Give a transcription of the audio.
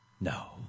No